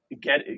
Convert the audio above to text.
get